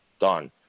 done